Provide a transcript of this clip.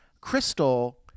Crystal